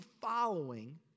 following